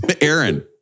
Aaron